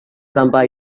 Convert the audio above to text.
sampah